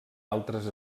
altres